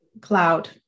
cloud